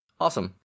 Awesome